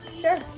Sure